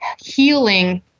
healing